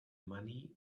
money